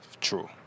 True